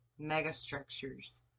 megastructures